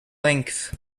length